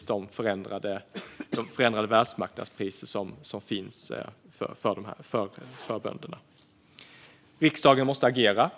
och de förändrade världsmarknadspriserna som påverkar bönderna. Riksdagen måste agera.